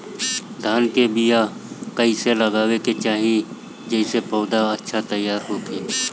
धान के बीया कइसे लगावे के चाही जेसे पौधा अच्छा तैयार होखे?